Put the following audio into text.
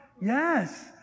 Yes